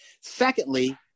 Secondly